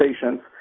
patients